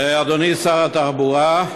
אדוני שר התחבורה,